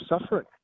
suffering